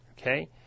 Okay